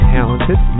talented